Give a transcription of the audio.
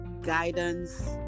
guidance